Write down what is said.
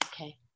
okay